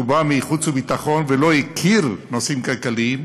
והוא בא מנושאי חוץ וביטחון ולא הכיר נושאים כלכליים.